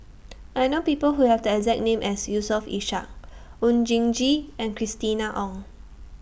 I know People Who Have The exact name as Yusof Ishak Oon Jin Gee and Christina Ong